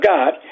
God